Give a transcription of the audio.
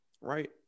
right